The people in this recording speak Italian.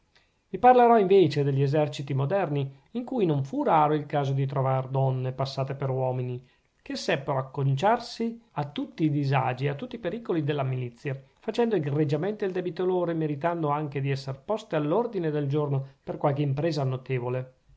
vi parlerò invece degli eserciti moderni in cui non fu raro il caso di trovar donne passate per uomini che seppero acconciarsi a tutti i disagi e a tutti i pericoli della milizia facendo egregiamente il debito loro e meritando anche di esser poste all'ordine del giorno per qualche impresa notevole